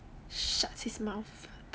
shut his mouth up